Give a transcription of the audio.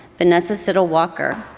vanessa siddle walker.